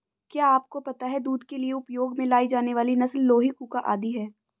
क्या आपको पता है दूध के लिए उपयोग में लाई जाने वाली नस्ल लोही, कूका आदि है?